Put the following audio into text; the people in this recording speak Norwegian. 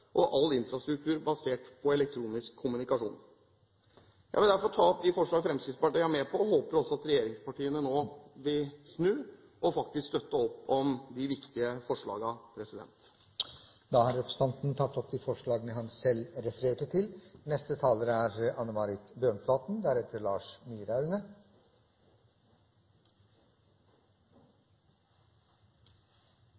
og all infrastruktur basert på elektronisk kommunikasjon. Jeg vil derfor ta opp det forslaget Fremskrittspartiet har, og anbefale komiteens tilråding til vedtak. Jeg håper at regjeringspartiene vil snu og støtte opp om disse viktige forslagene. Representanten Bård Hoksrud har tatt opp det forslaget han refererte til.